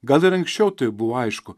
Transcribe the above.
gal ir anksčiau tai buvo aišku